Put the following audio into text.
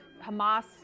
hamas